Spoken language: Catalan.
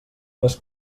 les